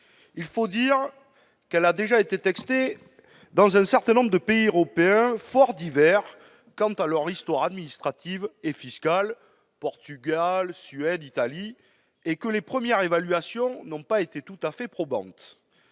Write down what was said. Il faut dire que cette réforme a déjà été testée dans un certain nombre de pays européens, fort divers quant à leur histoire administrative et fiscale- Portugal, Suède, Italie -, et que les premières évaluations n'ont pas été tout à fait probantes.